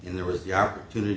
and there was the opportunity